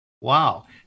Wow